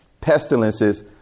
pestilences